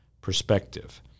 perspective